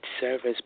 service